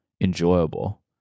enjoyable